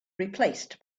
replaced